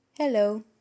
Hello